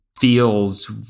feels